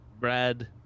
Brad